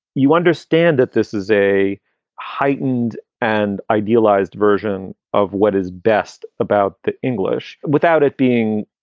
you understand that this is a heightened and idealized version of what is best about the english without it being